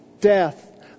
death